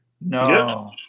No